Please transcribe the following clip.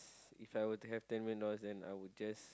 If I were to have ten million dollars then I would just